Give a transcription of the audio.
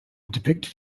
depicted